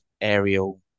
aerial